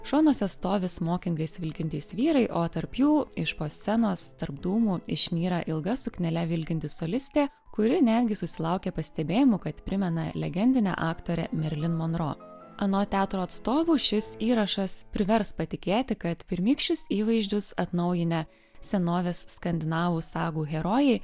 šonuose stovi smokingais vilkintys vyrai o tarp jų iš po scenos tarp dūmų išnyra ilga suknele vilkinti solistė kuri netgi susilaukė pastebėjimų kad primena legendinę aktorę merlin monro anot teatro atstovų šis įrašas privers patikėti kad pirmykščius įvaizdžius atnaujinę senovės skandinavų sagų herojai